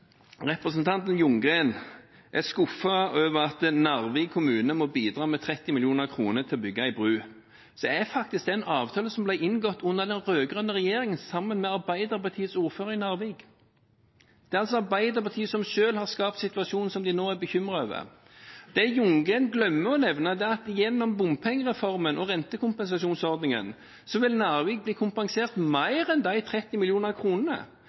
Representanten Ljunggren er skuffet over at Narvik kommune må bidra med 30 mill. kr til å bygge en bro. Det er faktisk en avtale som ble inngått under den rød-grønne regjeringen, sammen med Arbeiderpartiets ordfører i Narvik. Det er altså Arbeiderpartiet som selv har skapt situasjonen som de nå er bekymret over. Det Ljunggren glemmer å nevne, er at gjennom bompengereformen og rentekompensasjonsordningen vil Narvik bli kompensert mer enn de 30